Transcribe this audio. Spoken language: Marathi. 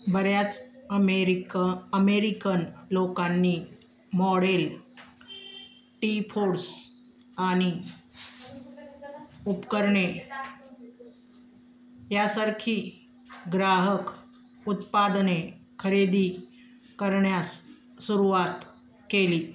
बऱ्याच अमेरिक अमेरिकन लोकांनी मॉडेल टी फोर्स आणि उपकरणे यासारखी ग्राहक उत्पादने खरेदी करण्यास सुरवात केली